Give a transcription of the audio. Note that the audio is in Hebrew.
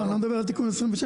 אני לא מדבר על תיקון 27,